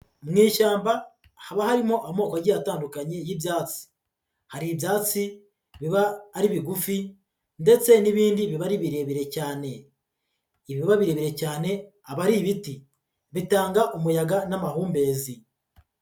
Mu ishyamba haba harimo amoko agiye atandukanye y'ibyatsi, hari ibyatsi biba ari bigufi ndetse n'ibindi biba ari birebire cyane, ibiba birebire cyane aba ari ibiti, bitanga umuyaga n'amahumbezi.